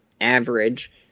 average